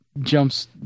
jumps